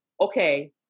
okay